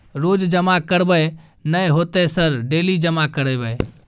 रोज जमा करबे नए होते सर डेली जमा करैबै?